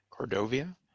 Cordovia